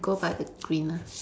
go by the green lah